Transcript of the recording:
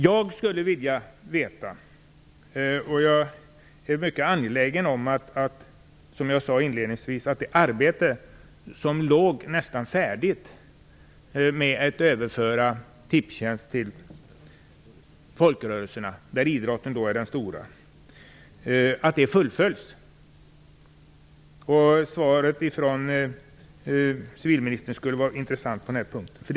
Jag anser att det är mycket angeläget att fullfölja det arbete som var praktiskt taget färdigt när det gäller att överföra Tipstjänst till folkrörelsena, där ju idrottsrörelsen är en stor del. Det skulle vara intressant om civilministern kunde tala om om man tänker fullfölja.